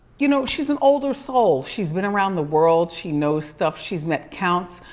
you know, she's an older soul. she's been around the world, she knows stuff. she's met counts,